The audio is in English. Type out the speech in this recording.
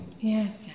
Yes